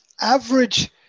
average